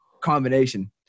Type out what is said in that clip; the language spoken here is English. combination